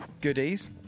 goodies